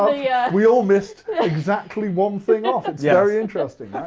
ah yeah we all missed exactly one thing off, it's yeah very interesting,